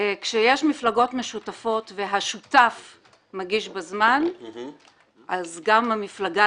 כשיש מפלגות משותפות והשותף מגיש בזמן אז גם המפלגה,